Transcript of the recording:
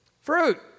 Fruit